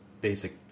basic